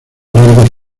largos